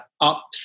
up